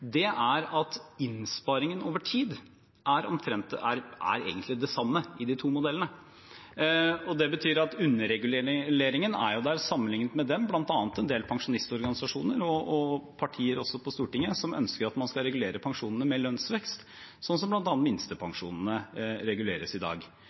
er at innsparingen over tid egentlig er den samme i de to modellene. Det betyr at underreguleringen er der, sammenlignet med det bl.a. en del pensjonistorganisasjoner og partier på Stortinget ønsker, at man skal regulere pensjonene med lønnsvekst, sånn som bl.a. minstepensjonene reguleres i dag.